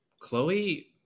Chloe